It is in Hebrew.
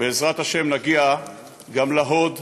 בעזרת השם נגיע גם להוד,